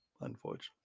unfortunately